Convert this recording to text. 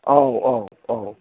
औ औ औ